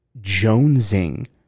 jonesing